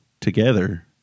together